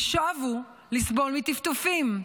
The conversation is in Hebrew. ושבו לסבול מ"טפטופים",